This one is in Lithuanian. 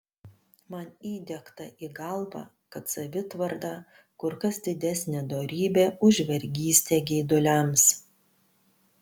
man įdiegta į galvą kad savitvarda kur kas didesnė dorybė už vergystę geiduliams